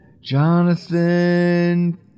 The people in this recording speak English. Jonathan